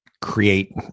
create